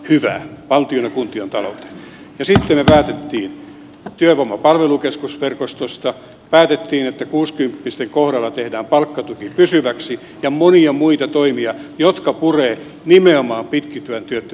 sitten me päätimme työvoiman palvelukeskusverkostosta päätimme että kuusikymppisten kohdalla tehdään palkkatuki pysyväksi ja monista muista toimista jotka purevat nimenomaan pitkittyvän työttömyyden taittamiseen